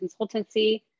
consultancy